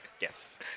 Yes